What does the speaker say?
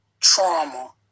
trauma